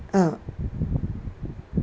uh